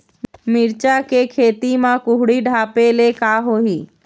मिरचा के खेती म कुहड़ी ढापे ले का होही?